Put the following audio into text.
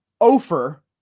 Ofer